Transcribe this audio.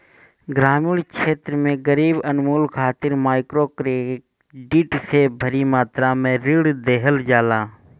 ग्रामीण क्षेत्र में गरीबी उन्मूलन खातिर माइक्रोक्रेडिट से भारी मात्रा में ऋण देहल जाला